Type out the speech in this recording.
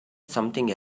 something